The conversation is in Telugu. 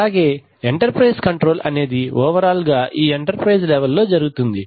అలాగే ఎంటర్ప్రైజ్ కంట్రోల్ అనేది ఓవరాల్ గా ఈ ఎంటర్ప్రైజ్ లెవెల్ లో జరుగుతుంది